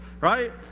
right